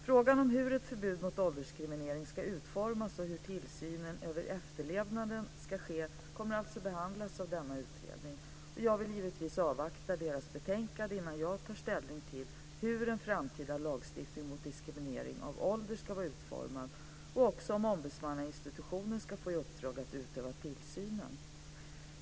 Frågan om hur ett förbud mot åldersdiskriminering ska utformas och hur tillsynen över efterlevnaden ska ske kommer alltså att behandlas av denna utredning. Jag vill givetvis avvakta dess betänkande innan jag tar ställning till hur en framtida lagstiftning mot diskriminering av ålder ska vara utformad och också om en ombudsmannainstitution ska få i uppdrag att utöva tillsynen.